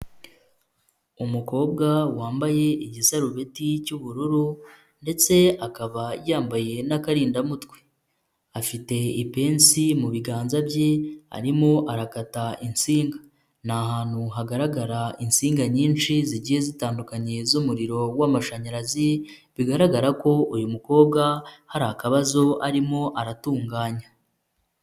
Umukobwa wambaye igisarubeti cy'ubururu ndetse akaba yambaye n'akarindamutwe, afite ipensi mu biganza bye arimo arakata insinga, ni ahantu hagaragara insinga nyinshi zigiye zitandukanye z'umuriro w'amashanyarazi, bigaragara ko uyu mukobwa hari akabazo arimo aratunganya.